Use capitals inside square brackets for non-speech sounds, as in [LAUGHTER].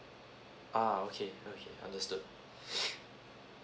ah okay okay understood [BREATH]